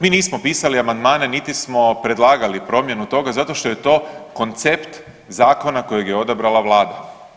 Mi nismo pisali amandmane, niti smo predlagali promjenu toga zato što je to koncept zakona kojeg je odabrala vlada.